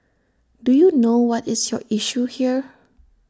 do you know what is your issue here